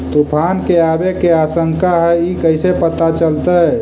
तुफान के आबे के आशंका है इस कैसे पता चलतै?